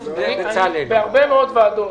בהרבה מאוד ועדות